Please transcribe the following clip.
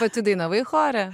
pati dainavai chore